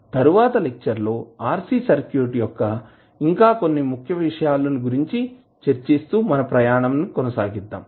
తరువాత లెక్చర్ లో RC circuit యొక్క ఇంకా కొన్ని ముఖ్య విషయాలు గురించి చర్చిస్తూ మన ప్రయాణం ని కొనసాగిద్దాం